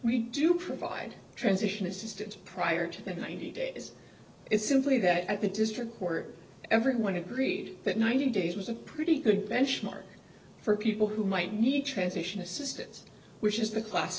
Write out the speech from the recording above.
we do provide transition assistance prior to the ninety days is simply that at the district court everyone agreed that ninety days was a pretty good benchmark for people who might need transition assistance which is the class